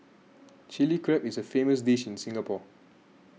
Chilli Crab is a famous dish in Singapore